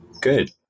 good